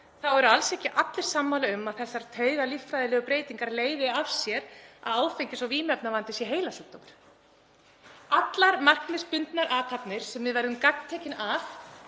eru alls ekki allir sammála um að þessar taugalíffræðilegu breytingar leiði af sér að áfengis- og vímuefnavandi sé heilasjúkdómur. Allar markmiðsbundnar athafnir sem við verðum gagntekinn af